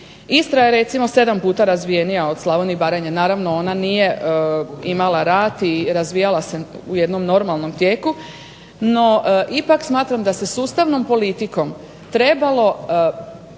Istra je recimo 7 puta razvijenija od Slavonije i Baranje. Naravno ona nije imala rat i razvijala se u jednom normalnom tijeku, no ipak smatram da se sustavnom politikom trebalo